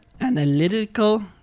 analytical